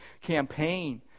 campaign